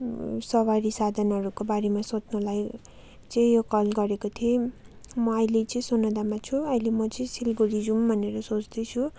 सवारी साधनहरूको बारेमा सोध्नुलाई चाहिँ यो कल गरेको थिएँ म अहिले चाहिँ सोनादामा छु अहिले म चाहिँ सिलिगुडी जाऊँ भनेर सोच्दैछु